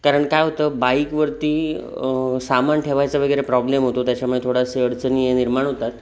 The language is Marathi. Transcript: कारण काय होतं बाईकवरती सामान ठेवायचा वगैरे प्रॉब्लेम होतो त्याच्यामुळे थोडासा अडचणी निर्माण होतात